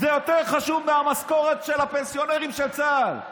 זה יותר חשוב מהמשכורת של הפנסיונרים של צה"ל.